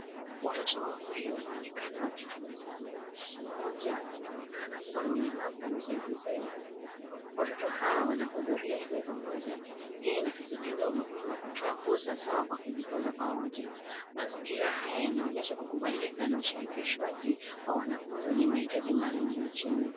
Watoto wawili wanaonekana wakitabasamu, mmoja anaonekana kuwa na ulemavu wa uzehuzehu. Watoto hao wanahudhuria shule pamoja, hii inasisitiza umuhimu wa kutoa fursa sawa kwa kujifunza kwa wote. Mazingira haya yanaonyesha kukubalika na ushirikishwaji wa wanafunzi wenye mahitaji maalum nchini.